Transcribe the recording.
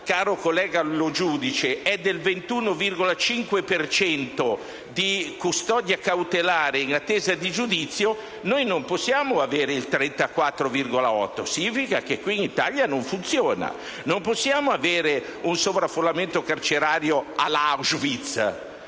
caro senatore Lo Giudice, è del 21,5 per cento di custodia cautelare in attesa di giudizio, noi non possiamo avere il 34,8 per cento, perché significa che in Italia non funziona. Non possiamo avere un sovraffollamento carcerario alla Auschwitz